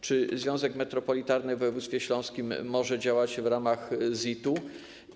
Czy związek metropolitalny w województwie śląskim może działać w ramach ZIT-u?